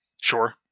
Sure